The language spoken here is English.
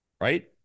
right